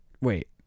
Wait